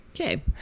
Okay